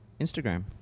Instagram